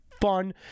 fun